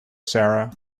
sarah